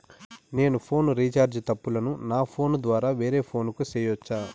నేను phone recharge తప్పులను నా ఫోను ద్వారా వేరే ఫోను కు సేయొచ్చా?